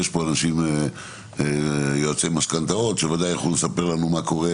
אבל יש פה יועצי משכנתאות שוודאי יוכלו לספר לנו מה קורה